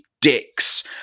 dicks